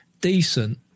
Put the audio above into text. decent